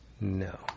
No